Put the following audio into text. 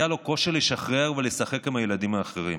היה לו קושי לשחרר ולשחק עם הילדים האחרים.